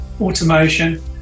automation